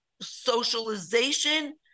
socialization